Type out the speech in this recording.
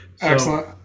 Excellent